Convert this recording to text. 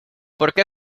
porque